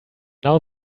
now